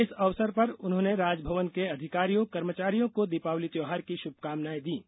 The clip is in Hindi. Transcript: इस इवसर पर उन्होंने राजभवन के अधिकारियों कर्मचारियों को दीपावली त्यौहार की शुभकामनाएँ दीं